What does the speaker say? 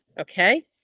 okay